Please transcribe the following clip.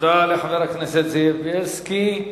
תודה לחבר הכנסת זאב בילסקי.